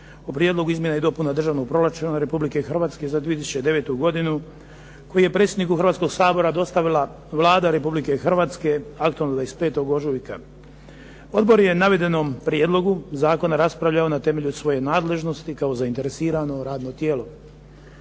o Prijedlogu izmjena i dopuna državnog proračuna Republike Hrvatske za 2009. godinu koji je predsjedniku Hrvatskoga sabora dostavila Vlade Republike Hrvatske aktom od 25. ožujka. Odbor je navedenom prijedlogu zakona raspravljao na temelju svoje nadležnosti kao zainteresirano radno tijelo.